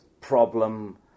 problem